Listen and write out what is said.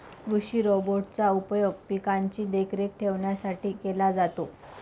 कृषि रोबोट चा उपयोग पिकांची देखरेख ठेवण्यासाठी केला जातो